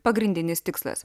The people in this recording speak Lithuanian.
pagrindinis tikslas